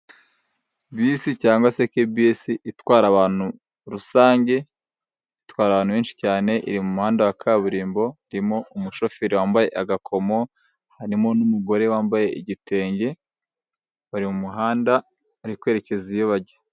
Bisi cyangwa se kebisi itwara abantu rusange itwara abantu benshi cyane, iri mu muhanda wa kaburimbo. Harimo umushoferi wambaye agakomo harimo n'umugore wambaye igitenge, bari mu umuhanda bari kwerekeza iyo bajya.